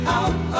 out